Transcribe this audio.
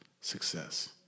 success